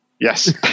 Yes